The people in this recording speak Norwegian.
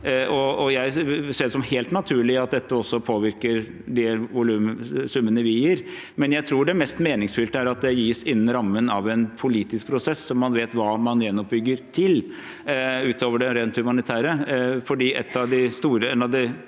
se det som helt naturlig at dette også påvirker de summene vi gir, men jeg tror det mest meningsfylte er at det gis innen rammen av en politisk prosess, slik at man vet hva man gjenoppbygger til, utover det rent humanitære.